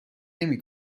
نمی